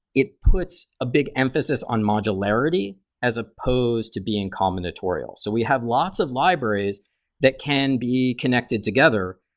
it puts a big emphasis on modularity as supposed to being combinatorial. so we have lots of libraries that can be connected together,